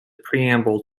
preamble